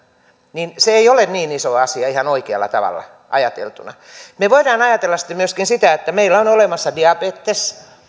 niin se ei ole niin iso asia ihan oikealla tavalla ajateltuna me voimme ajatella sitten myöskin sitä että meillä on olemassa diabetes